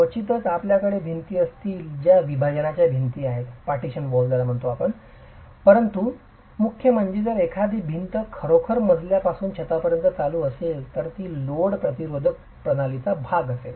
क्वचितच आपल्याकडे भिंती असतील ज्या विभाजनाच्या भिंती आहेत परंतु मुख्य म्हणजे जर एखादी भिंत खरोखर मजल्यापासून छतापर्यंत चालू असेल तर ती लोड प्रतिरोधक प्रणालीचा भाग असेल